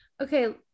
Okay